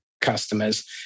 customers